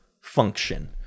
function